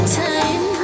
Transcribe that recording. time